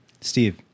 Steve